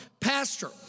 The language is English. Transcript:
pastor